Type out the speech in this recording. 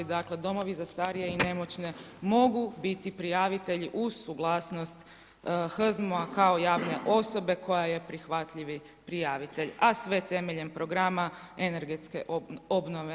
Dakle, domovi za starije i nemoćne mogu biti prijavitelji uz suglasnost HZMO-a kao javne osobe koja je prihvatljivi prijavitelj, a sve temeljem Programa energetske obnove.